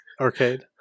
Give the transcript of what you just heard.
arcade